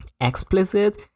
explicit